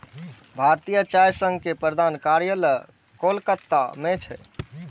भारतीय चाय संघ के प्रधान कार्यालय कोलकाता मे छै